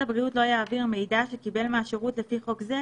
הבריאות לא יעביר מידע שקיבל מהשירות לפי חוק זה,